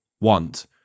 want